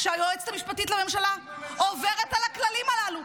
שהיועצת המשפטית לממשלה עוברת על הכללים הללו.